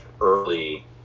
early